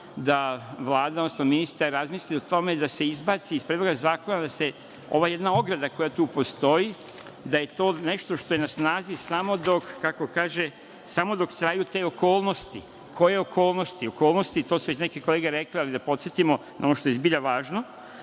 da Vlada, odnosno ministar razmisli o tome da se izbaci iz Predloga zakona jedna ograda koja tu postoji da je to nešto što je na snazi samo dok traju te okolnosti. Koje okolnosti? Okolnosti, to su neke kolege rekle, ali da podsetimo na ono što je zbilja važno,